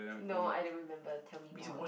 no I don't remember tell me more